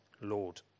Lord